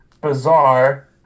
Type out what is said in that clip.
Bizarre